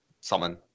summon